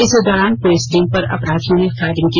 इस दौरान police team पर अपराधियों ने फायरिंग की